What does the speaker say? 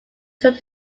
took